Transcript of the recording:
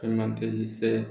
मुख्यमंत्री जी से